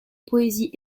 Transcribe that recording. poésie